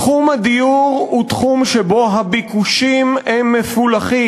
תחום הדיור הוא תחום שבו הביקושים מפולחים.